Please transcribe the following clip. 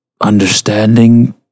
understanding